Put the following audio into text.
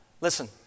Listen